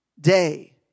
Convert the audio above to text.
day